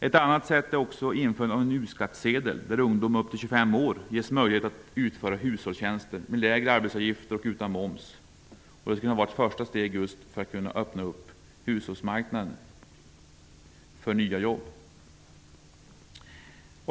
Ett annat sätt är ett införande av en s.k. u-skattsedel, där ungdomar upp till 25 år ges möjligheter att utföra hushållstjänster, med lägre arbetsgivaravgifter och ingen moms. Det skulle kunna vara ett första steg för att kunna öppna hushållsmarknaden för nya jobb.